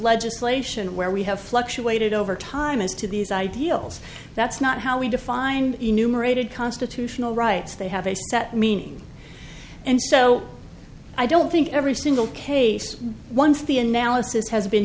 legislation where we have fluctuated over time as to these ideals that's not how we define enumerated constitutional rights they have a set meaning and so i don't think every single case once the analysis has been